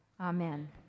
Amen